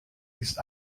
ist